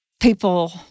people